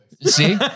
See